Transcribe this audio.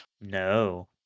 no